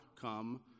come